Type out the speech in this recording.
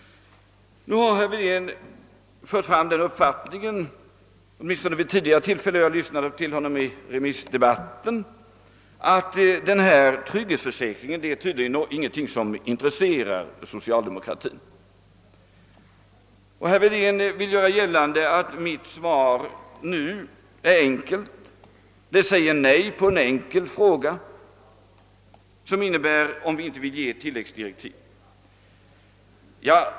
Nu för herr Wedén fram den uppfattningen — eller han har i varje fall gjort det tidigare, bl.a. i remissdebatten — att trygghetsförsäkringen tydligen inte är någonting som intresserar socialdemokratin. Herr Wedén gör också gällande att mitt svar nu är enkelt och innebär ett nej på en enkel fråga samt att vi inte vill ge några tilläggsdirektiv.